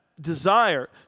desire